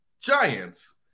Giants